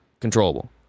Controllable